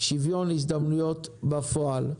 שוויון הזדמנויות בפועל.